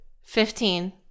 Fifteen